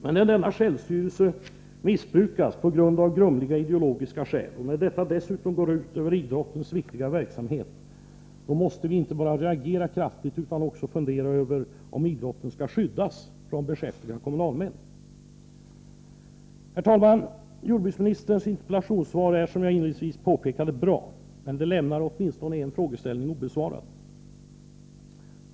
Men när denna självstyrelse missbrukas av grumliga ideologiska skäl, och när detta dessutom går ut över idrottens viktiga verksamhet, då måste vi inte bara reagera kraftigt utan också fundera över om idrotten skall skyddas från beskäftiga kommunalmän. Herr talman! Jordbruksministerns interpellationssvar är, som jag inledningsvis påpekade, bra, men det lämnar åtminstone en fråga obesvarad.